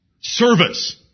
service